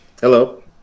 Hello